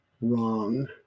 wrong